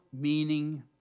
meaning